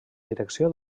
direcció